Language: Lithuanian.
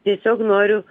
tiesiog noriu